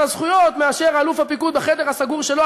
הזכויות מאשר אלוף הפיקוד בחדר הסגור שלו,